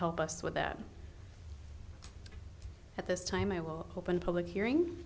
help us with that at this time i will open public hearing